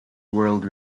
world